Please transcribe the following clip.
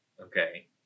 Okay